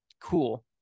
cool